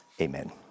Amen